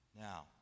Now